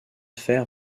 fer